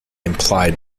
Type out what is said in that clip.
implied